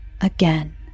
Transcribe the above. again